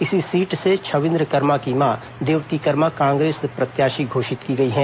इसी सीट से छविन्द्र कर्मा की मां देवती कर्मा कांग्रेस प्रत्याशी घोषित की गई हैं